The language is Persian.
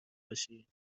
باشی